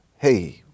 Hey